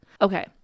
Okay